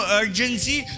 urgency